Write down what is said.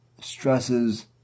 stresses